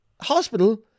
hospital